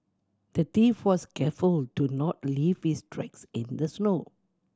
the thief was careful to not leave his tracks in the snow